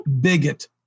Bigot